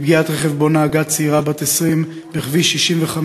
מפגיעת רכב שבו נהגה צעירה בת 20 בכביש 65,